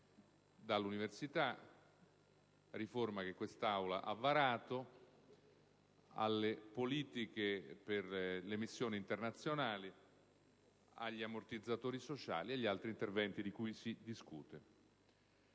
dall'università (riforma che quest'Aula ha varato), alle politiche per le missioni internazionali, agli ammortizzatori sociali e agli altri interventi di cui si discute.